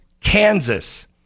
Kansas